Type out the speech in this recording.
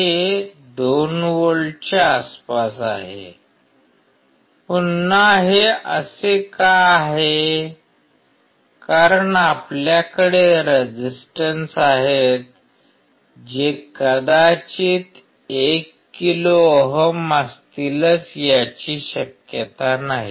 हे 2 व्होल्टच्या आसपास आहे पुन्हा हे असे का आहे कारण आपल्याकडे रेजिस्टन्स आहेत जे कदाचित 1 किलो ओहम असतीलच याची शक्यता नाही